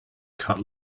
cut